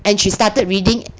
and she started reading